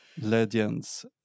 Legends